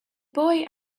boy